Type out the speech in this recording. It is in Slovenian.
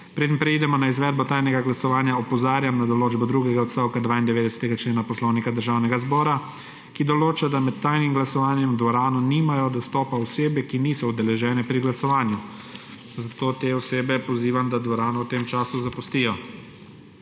Preden preidemo na izvedbo tajnega glasovanja, opozarjam na določbo drugega odstavka 92. člena Poslovnika Državnega zbora, ki določa, da med tajnim glasovanjem v dvorano nimajo dostopa osebe, ki niso udeležene pri glasovanju, zato te osebe pozivam, da dvorano v tem času zapustijo.